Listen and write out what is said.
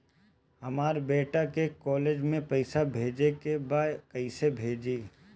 हमर बेटा के कॉलेज में पैसा भेजे के बा कइसे भेजी?